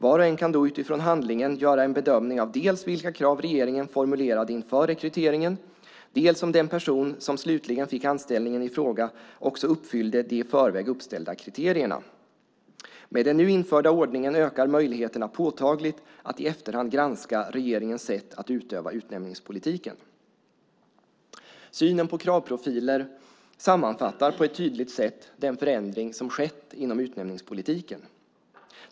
Var och en kan då utifrån handlingen göra en bedömning av dels vilka krav regeringen formulerade inför rekryteringen, dels om den person som slutligen fick anställningen i fråga också uppfyllde de i förväg uppställda kriterierna. Med den nu införda ordningen ökar möjligheterna påtagligt att i efterhand granska regeringens sätt att utöva utnämningspolitiken." Synen på kravprofiler sammanfattar på ett tydligt sätt den förändring som har skett inom utnämningspolitiken.